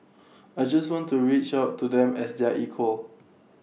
I just want to reach out to them as their equal